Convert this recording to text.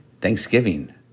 Thanksgiving